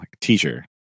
teacher